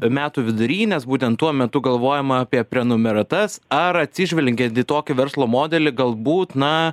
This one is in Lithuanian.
metų vidury nes būtent tuo metu galvojama apie prenumeratas ar atsižvelgiant į tokį verslo modelį galbūt na